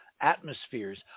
atmospheres